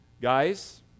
Guys